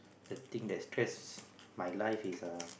the thing that stress my life is err